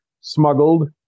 smuggled